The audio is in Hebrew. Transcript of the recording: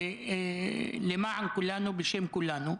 למען כולנו, בשם כולנו.